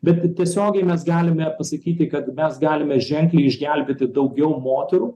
bet tiesiogiai mes galime pasakyti kad mes galime ženkliai išgelbėti daugiau moterų